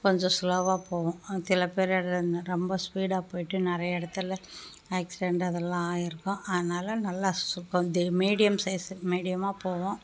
கொஞ்சம் ஸ்லோவாக போகும் சில பேர் ரொம்ப ஸ்பீடாக போய்விட்டு நிறைய இடத்துல ஆக்சிடென்ட் அதெல்லாம் ஆகியிருக்கும் அதனால் நல்லா மீடியம் சைசு மீடியமாக போவோம்